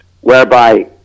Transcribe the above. whereby